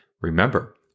Remember